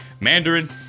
Mandarin